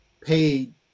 paid